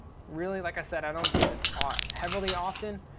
really like i said i don't use it ah heavily often.